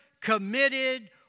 committed